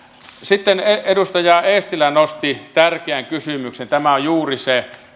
sitten edustaja eestilä nosti tärkeän kysymyksen tämä on juuri se